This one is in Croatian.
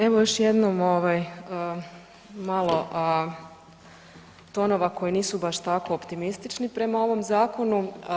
Evo još jednom malo tonova koji nisu baš tako optimistični prema ovom zakonu.